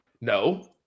No